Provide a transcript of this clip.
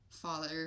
father